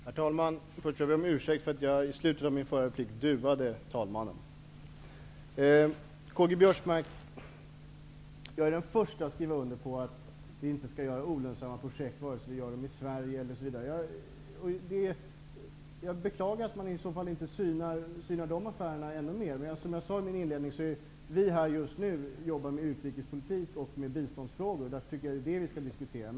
Herr talman! Jag vill först be om ursäkt för att jag i slutet av mitt förra inlägg duade talmannen. Karl-Göran Biörsmark, jag är den första att skriva under på att vi inte skall göra olönsamma projekt, oavsett om det är i Sverige eller någon annanstans. Jag beklagar att man i så fall inte synar dessa affärer ännu mer. Som jag sade i min inledning, jobbar vi här just nu med utrikespolitik och biståndsfrågor. Därför tycker jag att det är detta som vi skall diskutera.